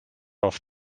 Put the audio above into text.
off